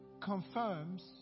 confirms